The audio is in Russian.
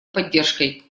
поддержкой